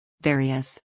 Various